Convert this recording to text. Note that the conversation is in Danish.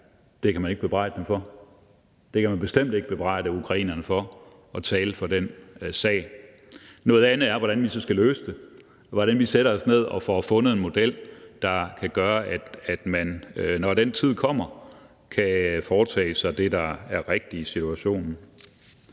Det kan man bestemt ikke bebrejde ukrainerne for, altså at tale for den sag. Noget andet er, hvordan vi så skal løse det. Hvordan sætter vi os ned og får fundet en model, der kan gøre, at man, når den tid kommer, kan foretage sig det, der er rigtigt i situationen?